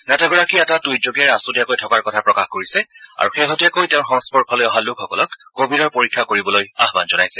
নেতাগৰাকীয়ে এটা ট্ৰইটযোগে আছতীয়াকৈ থকাৰ কথা প্ৰকাশ কৰিছে আৰু শেহতীয়াকৈ তেওঁৰ সংস্পৰ্শলৈ অহা লোকসকলক কোৱিডৰ পৰীক্ষা কৰিবলৈ আহান জনাইছে